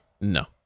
No